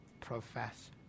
profess